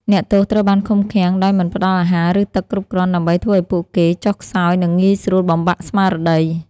អ្នកទោសត្រូវបានឃុំឃាំងដោយមិនផ្ដល់អាហារឬទឹកគ្រប់គ្រាន់ដើម្បីធ្វើឱ្យពួកគេចុះខ្សោយនិងងាយស្រួលបំបាក់ស្មារតី។